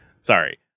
Sorry